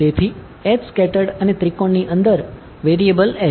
તેથી અને ત્રિકોણની અંદર વેરીએબલ H